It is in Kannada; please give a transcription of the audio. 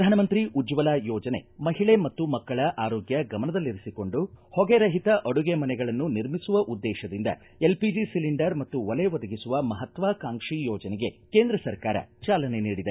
ಪ್ರಧಾನಮಂತ್ರಿ ಉಜ್ವಲ ಯೋಜನೆ ಮಹಿಳೆ ಮತ್ತು ಮಕ್ಕಳ ಆರೋಗ್ಯ ಗಮನದಲ್ಲಿರಿಸಿಕೊಂಡು ಹೊಗೆ ರಹಿತ ಆಡುಗೆ ಮನೆಗಳನ್ನು ನಿರ್ಮಿಸುವ ಉದ್ದೇಶದಿಂದ ಎಲ್ಪಿಜಿ ಸಿಲಿಂಡರ್ ಮತ್ತು ಒಲೆ ಒದಗಿಸುವ ಮಹತ್ವಾಕಾಂಕ್ಷಿ ಯೋಜನೆಗೆ ಕೇಂದ್ರ ಸರ್ಕಾರ ಚಾಲನೆ ನೀಡಿದೆ